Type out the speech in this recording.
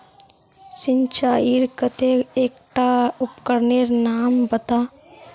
सिंचाईर केते एकटा उपकरनेर नाम बता?